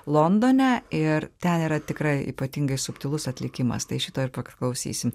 londone ir ten yra tikrai ypatingai subtilus atlikimas tai šito ir paklausysim